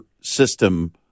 system